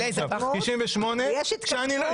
יש התקדמות?